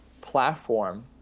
platform